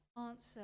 answer